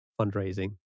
fundraising